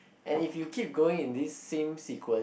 and if you keep going in this same sequence